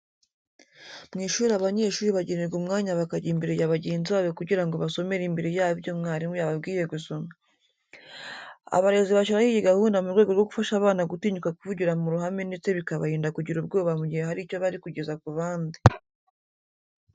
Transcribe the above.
Mu ishuri abanyeshuri bagenerwa umwanya bakajya imbere ya bagenzi babo kugira ngo basomere imbere yabo ibyo mwarimu yababwiye gusoma. Abarezi bashyiraho iyi gahunda mu rwego rwo gufasha abana gutinyuka kuvugira mu ruhame ndetse bikabarinda kugira ubwoba mu gihe hari icyo bari kugeza ku bandi.